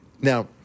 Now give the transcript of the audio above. Now